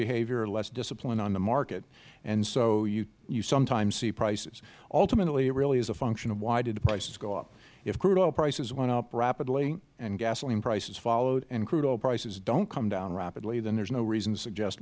behavior less discipline on the market and so you sometimes see prices ultimately it really is a function of why did the prices go up if crude oil prices went up rapidly and gasoline prices followed and crude oil prices do not come rapidly then there is no reason to suggest